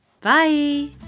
bye